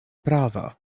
prava